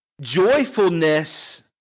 joyfulness